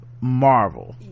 Marvel